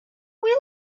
like